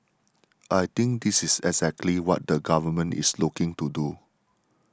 I think this is exactly what the government is looking to do